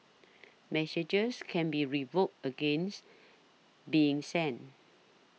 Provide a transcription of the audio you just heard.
messages can be revoked against being sent